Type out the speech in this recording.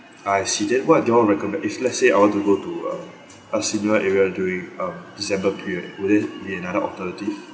I see then what do you all recommend if let's say I want to go to um a similar area during um december period will there be another alternative